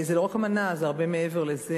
זה לא רק אמנה, זה הרבה מעבר לזה.